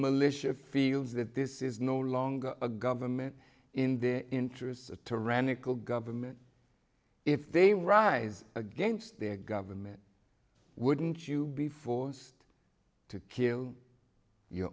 militia feels that this is no longer a government in their interests a tyrannical government if they rise against their government wouldn't you be forced to kill your